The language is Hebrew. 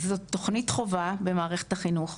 זאת תוכנית חובה במערכת החינוך.